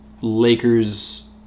lakers